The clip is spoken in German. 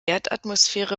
erdatmosphäre